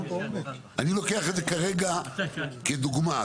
אני לוקח את זה כרגע כדוגמה,